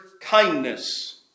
kindness